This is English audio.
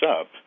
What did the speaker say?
up